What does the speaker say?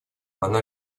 она